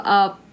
up